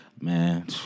Man